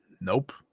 Nope